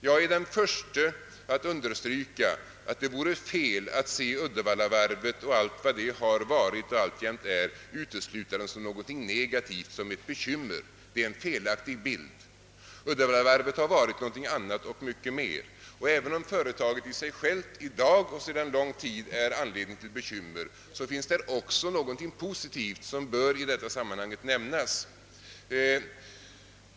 Jag är den förste att understryka att det vore fel att se Uddevallavarvet och allt vad det har varit och alltjämt är uteslutande som någonting negativt, som ett bekymmer. Det är en felaktig bild. Uddevallavarvet har varit någonting annat och mycket mer. Även om företaget i sig självt i dag och sedan lång tid ger anledning till bekymmer så finns där också någonting positivt som i detta sammanhang bör nämnas.